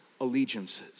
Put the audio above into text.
allegiances